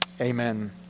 Amen